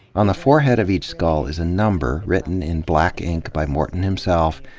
on the forehead of each skull is a number, written in black ink by morton himself,